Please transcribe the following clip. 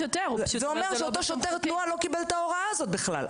זה אומר שאותו שוטר תנועה לא קיבל את ההוראה הזאת בכלל.